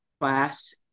class